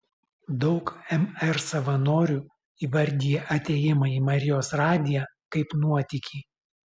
daug mr savanorių įvardija atėjimą į marijos radiją kaip nuotykį